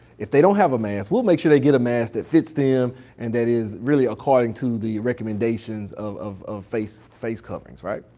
if they don't have a mask, will make sure they get a mask that fits them and that is really according to the recommendations of of face face coverings. right?